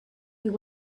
you